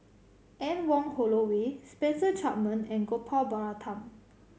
Anne Wong Holloway Spencer Chapman and Gopal Baratham